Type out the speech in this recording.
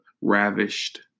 ravished